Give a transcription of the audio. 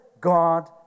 God